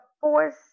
force